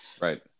Right